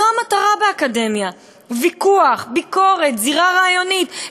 זו המטרה באקדמיה: ויכוח, ביקורת, זירה רעיונית.